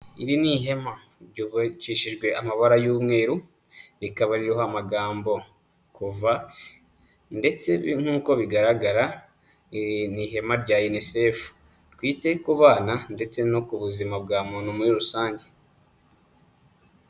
Iri ni ihema ryubakishijwe amabara y'umweru, rikaba ririho amagambo Covax ndetse nk'uko bigaragara, iri ni ihema rya Unicef twite ku bana ndetse no ku buzima bwa muntu muri rusange.